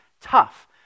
tough